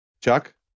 Chuck